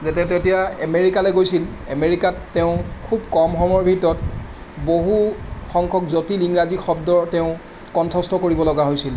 যে তেওঁ তেতিয়া আমেৰিকালে গৈছিল আমেৰিকাত তেওঁ খুব কম সময়ৰ ভিতৰত বহু সংখ্যক জটিল ইংৰাজী শব্দ তেওঁ কন্ঠস্থ কৰিবলগীয়া হৈছিল